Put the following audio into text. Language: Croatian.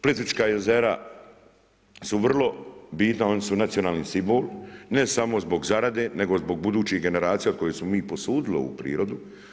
Plitvička jezera su vrlo bitna, ona su nacionalni simbol ne samo zbog zarade, nego zbog budućih generacija od kojih smo mi posudili ovu prirodu.